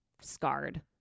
scarred